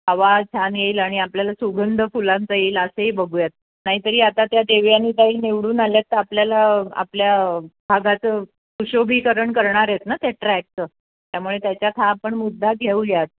आवाज छान येईल आणि आपल्याला सुगंध फुलांचा येईल असंही बघूयात नाहीतरी आता त्या देवयानीताई निवडून आल्या आहेत तर आपल्याला आपल्या भागाचं सुशोभीकरण करणार आहेत ना त्या ट्रॅकचं त्यामुळे त्याच्यात हा आपण मुद्दा घेऊयात